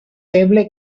feble